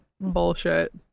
bullshit